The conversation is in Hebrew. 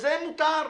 שבזה מותר.